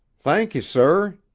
thank you, sir,